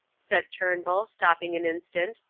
said turnbull, stopping an instant,